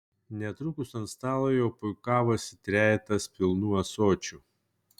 netrukus ant stalo jau puikavosi trejetas pilnų ąsočių